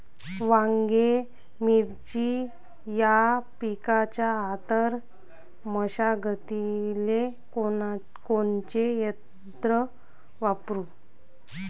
वांगे, मिरची या पिकाच्या आंतर मशागतीले कोनचे यंत्र वापरू?